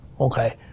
okay